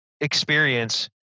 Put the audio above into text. experience